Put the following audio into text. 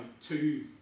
two